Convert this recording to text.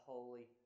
Holy